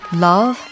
Love